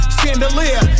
chandelier